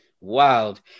wild